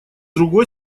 одной